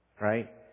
right